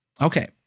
Okay